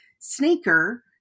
sneaker